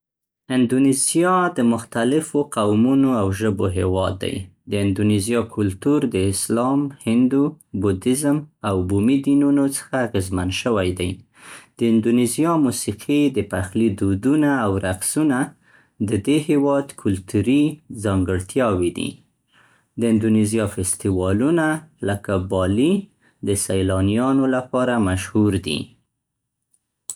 اندونیزیا د مختلفو قومونو او ژبو هېواد دی. د اندونیزیا کلتور د اسلام، هندو، بودیزم او بومي دینونو څخه اغیزمن شوی دی. د اندونیزیا موسیقي، د پخلي دودونه او رقصونه د دې هېواد کلتوري ځانګړتیاوې دي. د اندونیزیا فستیوالونه لکه بالي د سیلانیانو لپاره مشهور دي.